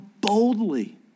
boldly